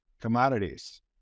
commodities